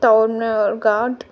టోర్నర్ gourd